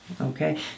Okay